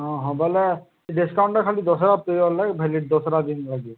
ହଁ ହଁ ବେଲେ ଡିସ୍କାଉଣ୍ଟଟା ଖାଲି ଦଶ୍ରା ପିରିୟଡ଼ ଲାଗି ଭେଲିଡ଼୍ ଦଶରା ଦିନ୍ ଲାଗି